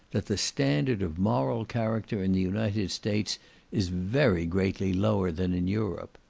that the standard of moral character in the united states is very greatly lower than in europe.